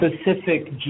specific